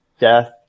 death